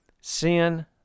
Sin